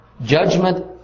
judgment